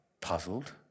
puzzled